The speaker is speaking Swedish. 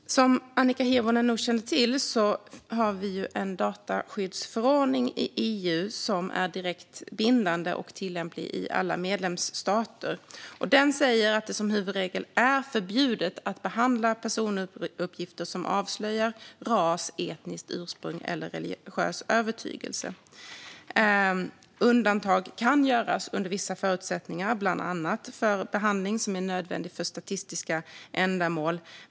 Fru talman! Som Annika Hirvonen nog känner till har vi i EU en dataskyddsförordning som är direkt bindande och tillämplig i alla medlemsstater. Den säger att det som huvudregel är förbjudet att behandla personuppgifter som avslöjar ras, etniskt ursprung eller religiös övertygelse. Undantag kan göras under vissa förutsättningar, bland annat för behandling som är nödvändig för statistiska ändamål.